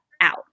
out